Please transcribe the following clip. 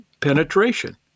penetration